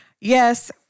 yes